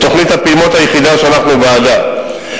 זאת תוכנית הפעימות היחידה שאנחנו בעדה,